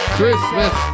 Christmas